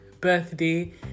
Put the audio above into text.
birthday